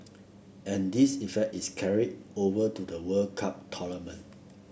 and this effect is carried over to the World Cup tournament